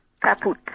Caput